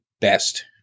best